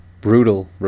brutal